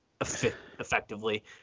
effectively